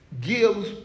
gives